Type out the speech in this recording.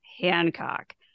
Hancock